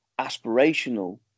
aspirational